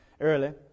early